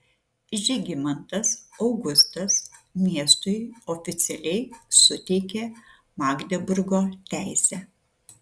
žygimantas augustas miestui oficialiai suteikė magdeburgo teisę